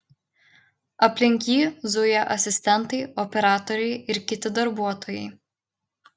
aplink jį zuja asistentai operatoriai ir kiti darbuotojai